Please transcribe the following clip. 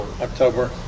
October